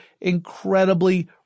incredibly